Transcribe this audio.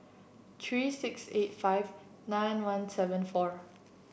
three six eight five nine one seven four